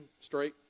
straight